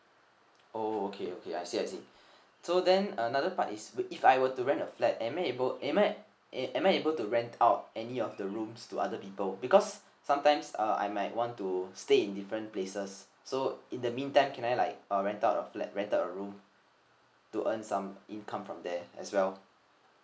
oh okay okay I see I see so then another part is if I were to rent a flat am I able am I am I able to rent out any of the rooms to other people because sometimes uh I might want to stay in different places so in the meantime can I like uh rent out the rent out a room to earn some income from there as well